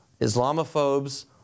Islamophobes